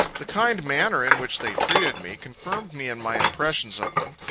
the kind manner in which they treated me, confirmed me in my impressions of them.